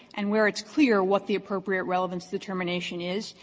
and where it's clear what the appropriate relevance determination is,